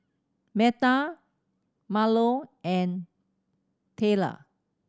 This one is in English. Metha Marlo and Tayla